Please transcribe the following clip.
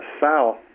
south